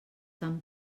tan